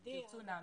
עדי,